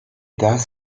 does